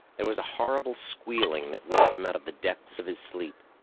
there was a horrible squealing that woke him out of the depths of his sleep.